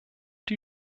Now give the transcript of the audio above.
die